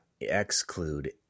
exclude